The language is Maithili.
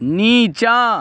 नीचाँ